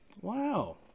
Wow